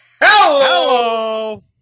Hello